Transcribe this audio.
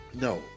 No